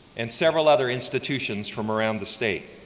and several other institutions from around the state.